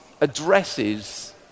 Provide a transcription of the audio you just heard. addresses